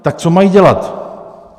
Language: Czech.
Tak co mají dělat?